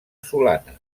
solana